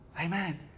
amen